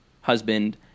husband